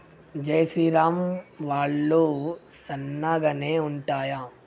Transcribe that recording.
జై శ్రీరామ్ వడ్లు సన్నగనె ఉంటయా?